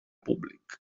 públic